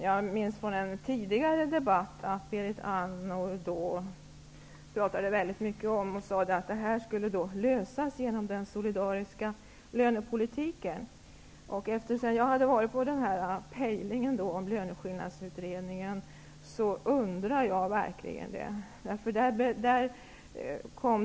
Jag minns en tidigare debatt, då Berit Andnor sade att det här skulle lösas genom den solidariska lönepolitiken. Efter att jag har varit på pejlingen om Löneskillnadsutredningen undrar jag verkligen om det är möjligt.